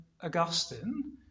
Augustine